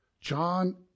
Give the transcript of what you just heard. John